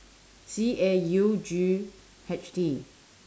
C A U G H T